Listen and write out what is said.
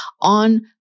on